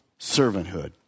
servanthood